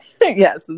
Yes